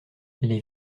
les